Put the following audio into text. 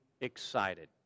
excited